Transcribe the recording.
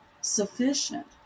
sufficient